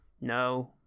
No